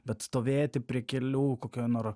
bet stovėti prie kelių kokioj nor